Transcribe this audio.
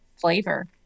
flavor